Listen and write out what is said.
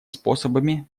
способами